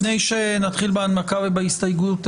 לפני שנתחיל בהנמקה ובהסתייגויות,